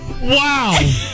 Wow